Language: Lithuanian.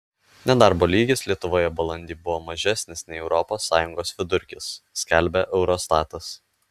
nedarbo lygis lietuvoje balandį buvo mažesnis nei europos sąjungos vidurkis skelbia eurostatas